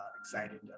excited